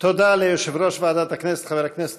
ועדת הכנסת